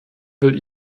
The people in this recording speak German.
will